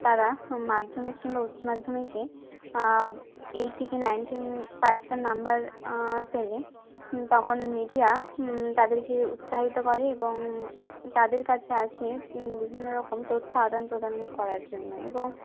তারা মাধ্যমিক কিংবা উচ্চমাধ্যমিকে এইটটি কি নাইনটিন পারসেন্ট নাম্বার পেলে তখন মিডিয়া তাদেরকে উৎসাহিত করে এবং তাদের কাছে আসে বিভিন্ন রকম তথ্য আদান প্রদান করার জন্য এবং